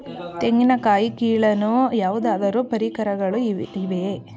ತೆಂಗಿನ ಕಾಯಿ ಕೀಳಲು ಯಾವುದಾದರು ಪರಿಕರಗಳು ಇವೆಯೇ?